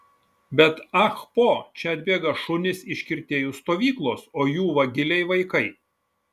bet ah po čia atbėga šunys iš kirtėjų stovyklos o jų vagiliai vaikai